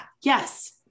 yes